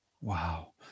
wow